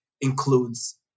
includes